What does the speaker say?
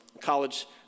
college